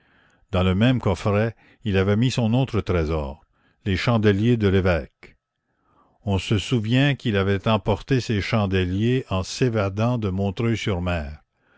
dans le même coffret il avait mis son autre trésor les chandeliers de l'évêque on se souvient qu'il avait emporté ces chandeliers en s'évadant de montreuil sur mer